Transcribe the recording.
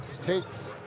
takes